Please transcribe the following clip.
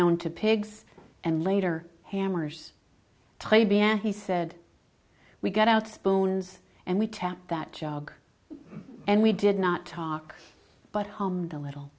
known to pigs and later hammers he said we got out spoons and we tapped that job and we did not talk but home the little